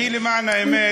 אני, למען האמת,